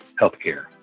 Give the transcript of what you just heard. healthcare